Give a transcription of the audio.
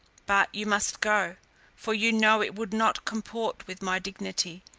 but you must go for you know it would not comport with my dignity,